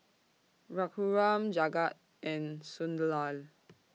Raghuram Jagat and Sunderlal